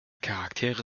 charaktere